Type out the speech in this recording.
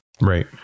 Right